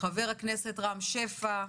חבר הכנסת רם שפע,